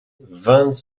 vingt